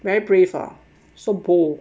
very brave hor so good